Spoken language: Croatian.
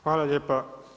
Hvala lijepa.